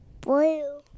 Blue